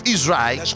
Israel